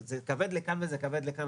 אז זה כבד לכאן וזה כבד לכאן,